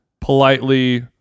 politely